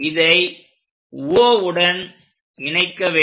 இதை O உடன் இணைக்க வேண்டும்